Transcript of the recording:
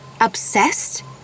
Obsessed